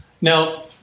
Now